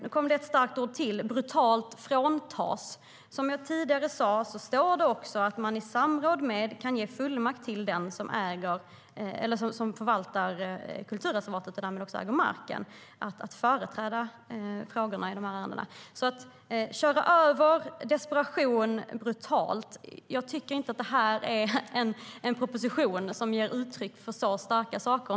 Nu kom det några starka ord till: "brutalt fråntas". Som jag sa tidigare står det att man i samråd kan ge fullmakt till den som förvaltar kulturreservatet, och därmed också äger marken, att företräda frågorna i de här ärendena. Jag tycker inte att det här är en proposition som ger upphov till så starka ord som "köra över", "desperation" och "brutalt".